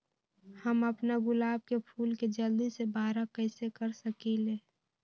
हम अपना गुलाब के फूल के जल्दी से बारा कईसे कर सकिंले?